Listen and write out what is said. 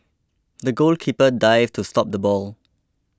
the goalkeeper dived to stop the ball